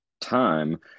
time